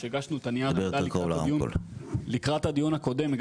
כשהגשנו את הנייר לקראת הדיון הקודם,